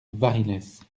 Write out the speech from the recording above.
varilhes